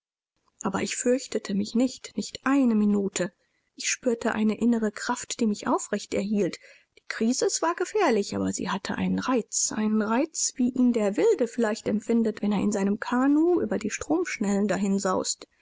aber ich fürchtete mich nicht nicht eine minute ich spürte eine innere kraft die mich aufrecht erhielt die krisis war gefährlich aber sie hatte ihren reiz einen reiz wie ihn der wilde vielleicht empfindet wenn er in seinem kanoe über die stromschnellen